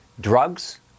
drugs